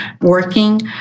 working